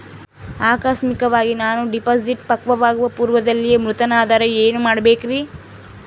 ಆಕಸ್ಮಿಕವಾಗಿ ನಾನು ಡಿಪಾಸಿಟ್ ಪಕ್ವವಾಗುವ ಪೂರ್ವದಲ್ಲಿಯೇ ಮೃತನಾದರೆ ಏನು ಮಾಡಬೇಕ್ರಿ?